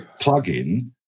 plugin